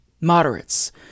moderates